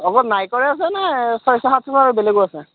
অকল নাইকৰে আছে নে ছয়শ সাতশ আৰু বেলেগৰো আছে